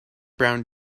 brown